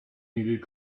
needed